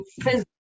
physical